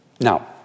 Now